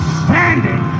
standing